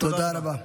תודה רבה.